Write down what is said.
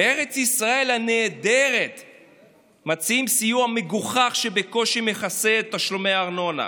בארץ ישראל הנהדרת מציעים סיוע מגוחך שבקושי מכסה את תשלומי הארנונה.